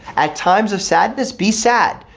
at times of sadness, be sad,